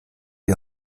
die